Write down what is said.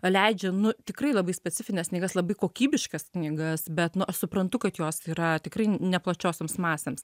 leidžia nu tikrai labai specifines knygas labai kokybiškas knygas bet nu aš suprantu kad jos yra tikrai ne plačiosioms masėms